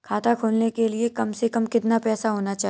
खाता खोलने के लिए कम से कम कितना पैसा होना चाहिए?